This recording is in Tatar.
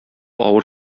авыр